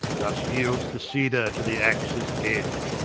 thus yeelds the cedar to the axes edge,